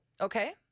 Okay